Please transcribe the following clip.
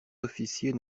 officier